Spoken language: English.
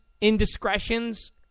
indiscretions